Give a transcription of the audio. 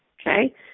Okay